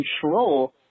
control